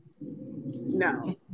no